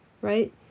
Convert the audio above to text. right